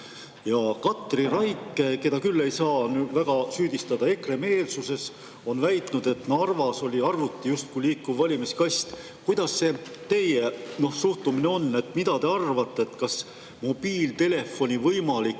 Katri Raik, keda küll ei saa väga süüdistada EKRE‑meelsuses, on väitnud, et Narvas oli arvuti justkui liikuv valimiskast. Kuidas teie suhtumine on? Mida te arvate, kas mobiiltelefoni võimalik